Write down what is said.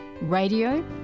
radio